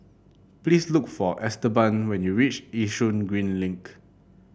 please look for Esteban when you reach Yishun Green Link